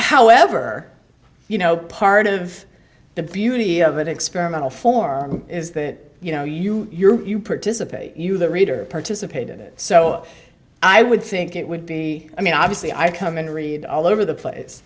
however you know part of the beauty of it experimental for is that you know you you participate you the reader participate in it so i would think it would be i mean obviously i come in to read all over the place